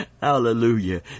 Hallelujah